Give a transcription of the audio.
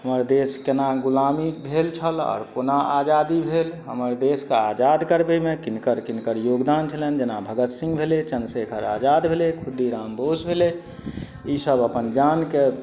हमर देश केना गुलामी भेल छल आओर कोना आजादी भेल हमर देशके आजाद करबइमे किनकर किनकर योगदान छलनि जेना भगत सिंह भेलै चन्द्रशेखर आजाद भेलै खुदी राम बोस भेलै ई सब अपन जानके